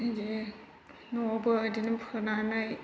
बेदि न'आवबो बेदिनो फोनानै